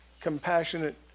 compassionate